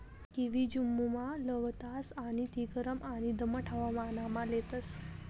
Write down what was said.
kiwi जम्मुमा लावतास आणि ती गरम आणि दमाट हवामानमा लेतस